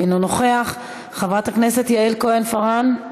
אינו נוכח, חברת הכנסת יעל כהן-פארן, מוותרת?